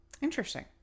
Interesting